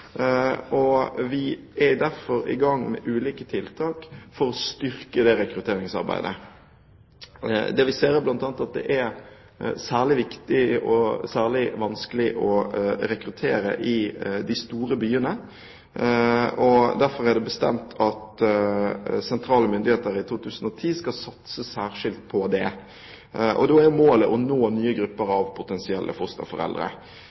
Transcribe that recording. styrke det rekrutteringsarbeidet. Vi ser at det er særlig vanskelig å rekruttere i de store byene. Derfor er det bestemt at sentrale myndigheter skal satse særskilt på det i 2010. Målet er å nå nye grupper av potensielle fosterforeldre.